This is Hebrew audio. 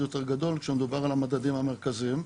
יותר גדול כשמדובר על המדדים המרכזיים.